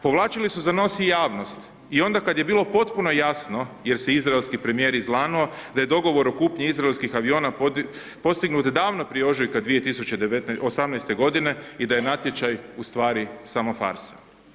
Povlačili su za nos i javnost i onda kad je bilo potpuno jasno jer se izraelski premijer izlanuo da je dogovor o kupnji izraelski aviona postignut davno prije ožujka 2018. g. i da je natječaj ustvari samo farsa.